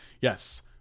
yes